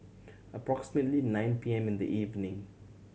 approximately nine P M in the evening